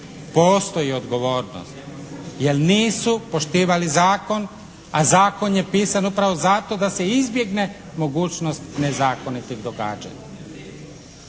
Postoji odgovornost. Jer nisu poštivali zakon, a zakon je pisan upravo zato da se izbjegne mogućnost nezakonitih događanja.